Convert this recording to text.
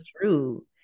true